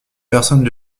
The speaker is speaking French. personnes